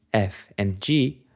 f, and g,